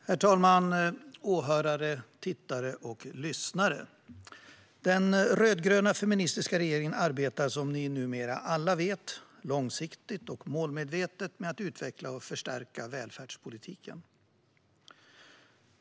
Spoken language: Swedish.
Herr talman, åhörare, tittare och lyssnare! Den rödgröna feministiska regeringen arbetar, som ni numera alla vet, långsiktigt och målmedvetet med att utveckla och förstärka välfärdspolitiken.